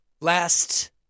last